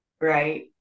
Right